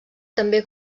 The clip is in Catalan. també